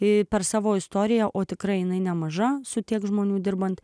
ir per savo istoriją o tikrai nemaža su tiek žmonių dirbant